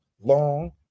long